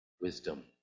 Wisdom